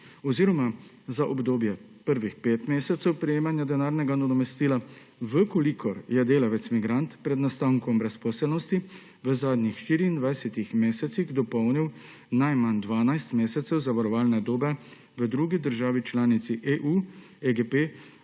oziroma za obdobje prvih petih mesecev prejemanja denarnega nadomestila, če je delavec migrant pred nastankom brezposelnosti v zadnjih 24 mesecih dopolnil najmanj 12 mesecev zavarovalne dobe v drugi državi članic EU, EGP